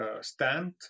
stand